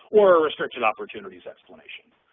or restricted opportunities explanation?